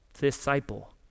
disciple